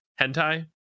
hentai